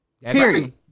Period